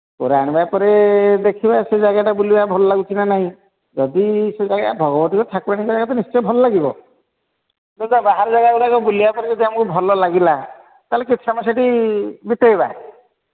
କୋରା ଆଣିବା ପରେ ଦେଖିବା ସେଇ ଜାଗାଟା ବୁଲିବା ଭଲ ଲାଗୁଛି ନା ନାହିଁ ଯଦି ସେ ଜାଗା ଭଗବତୀଙ୍କ ଠାକୁରାଣୀଙ୍କ ଜାଗା ତ ନିଶ୍ଚୟ ଭଲ ଲାଗିବ ବାହାର ଜାଗା ଗୁଡ଼ା ବୁଲିଲା ପରେ ଯଦି ଆମକୁ ଭଲ ଲାଗିଲା ତାହେଲେ କିଛି ସମୟ ସେଠି ବିତେଇବା